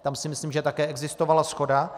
Tam si myslím, že také existovala shoda.